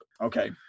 Okay